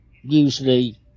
Usually